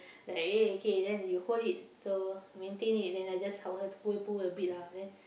like eh okay then you hold it so maintain it then I just help her to pull pull a bit lah then